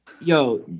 yo